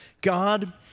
God